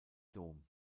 dom